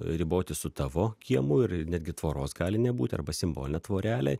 ribotis su tavo kiemu ir netgi tvoros gali nebūt arba simbolinė tvorelė